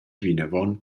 vinavon